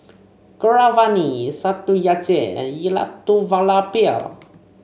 Keeravani Satyajit and Elattuvalapil